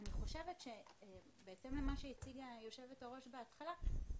בהתאם למה שהציגה היושבת-ראש בהתחלה,